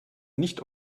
nicht